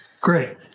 Great